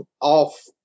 off